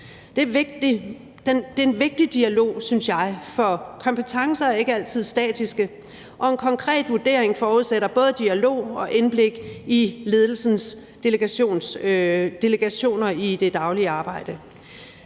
Det er en vigtig dialog, synes jeg, for kompetencer er ikke altid statiske, og en konkret vurdering forudsætter både dialog og indblik i ledelsens delegationer i det daglige arbejde.